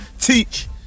teach